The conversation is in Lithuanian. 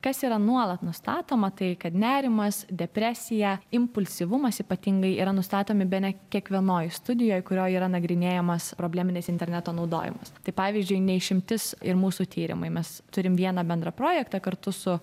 kas yra nuolat nustatoma tai kad nerimas depresija impulsyvumas ypatingai yra nustatomi bene kiekvienoj studijoj kurioj yra nagrinėjamas probleminis interneto naudojimas tai pavyzdžiui ne išimtis ir mūsų tyrimui mes turim vieną bendrą projektą kartu su